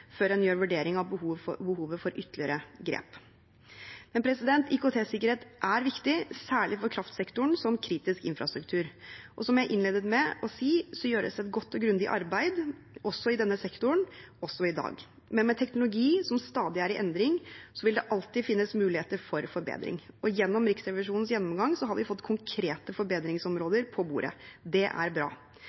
før man gjør en vurdering av behovet for ytterligere grep. IKT-sikkerhet er viktig, særlig for kraftsektoren som kritisk infrastruktur. Som jeg innledet med å si, gjøres det et godt og grundig arbeid i denne sektoren også i dag, men med teknologi som stadig er i endring, vil det alltid finnes muligheter for forbedring. Gjennom Riksrevisjonens gjennomgang har vi fått konkrete forbedringsområder på bordet. Det er bra.